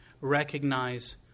recognize